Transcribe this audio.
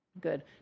Good